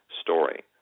story